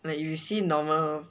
like if you see normal